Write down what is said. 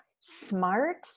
smart